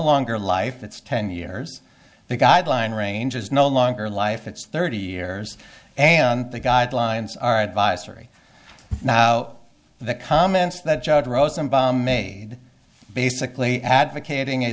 longer life that's ten years the guideline range is no longer life it's thirty years and the guidelines are advisory now the comments that judge rosen made basically advocating a